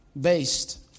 based